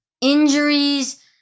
injuries